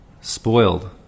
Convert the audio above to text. spoiled